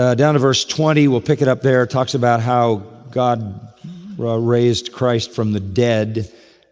ah down to verse twenty, we'll pick it up there, talks about how god raised christ from the dead